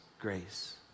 grace